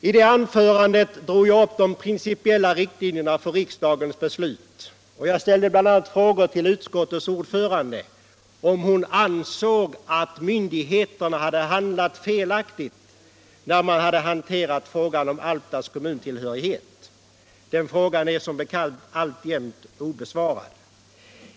I det anförandet drog jag upp de principiella riktlinjerna för riksdagens beslut, och jag ställde bl.a. frågor till utskottets ordförande om hon ansåg att myndigheterna hade handlat felaktigt vid hanterandet av frågan om Alftas kommuntillhörighet. Den frågan är som bekant alltjämt obesvarad.